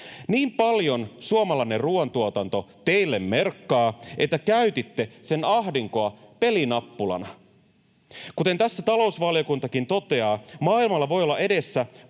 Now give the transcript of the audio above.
Niin paljon suomalainen ruuantuotanto teille merkkaa, että käytitte sen ahdinkoa pelinappulana. Kuten tässä talousvaliokuntakin toteaa, maailmalla voi olla edessä